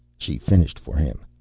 she finished for him.